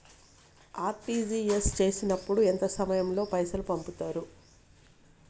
RTGS చేసినప్పుడు ఎంత సమయం లో పైసలు పంపుతరు?